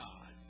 God